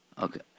Okay